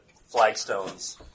flagstones